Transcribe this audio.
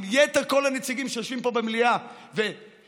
עם יתר כל הנציגים שיושבים פה במליאה ושליחי